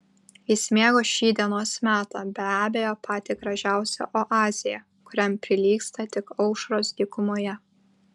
jis mėgo šį dienos metą be abejo patį gražiausią oazėje kuriam prilygsta tik aušros dykumoje